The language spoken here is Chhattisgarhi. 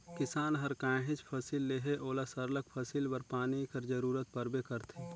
किसान हर काहींच फसिल लेहे ओला सरलग फसिल बर पानी कर जरूरत परबे करथे